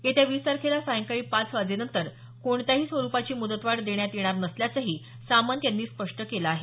येत्या वीस तारखेला सायंकाळी पाच वाजेनंतर कोणत्याही स्वरूपाची मुदतवाढ देण्यात येणार नसल्याचंही सामंत यांनी स्पष्ट केलं आहे